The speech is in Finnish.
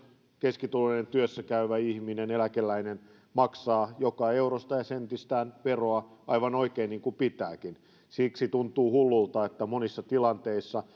keskituloinen työssäkäyvä ihminen tai eläkeläinen maksaa joka eurostaan ja sentistään veroa aivan oikein niin kuin pitääkin siksi tuntuu hullulta että monissa tilanteissa